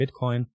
Bitcoin